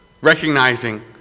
recognizing